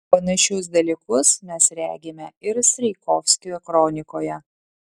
panašius dalykus mes regime ir strijkovskio kronikoje